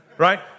Right